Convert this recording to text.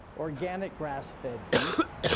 organic grass-fed beef,